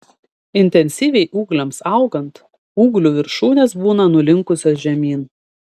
intensyviai ūgliams augant ūglių viršūnės būna nulinkusios žemyn